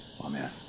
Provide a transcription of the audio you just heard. Amen